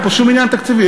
אין פה שום עניין תקציבי.